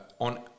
on